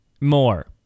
more